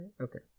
Okay